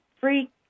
free